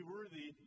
Worthy